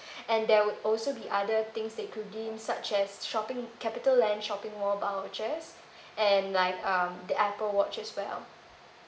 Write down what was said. and there will also be other things that you could redeem such as shopping capitaland shopping mall vouchers and like uh the apple watch as well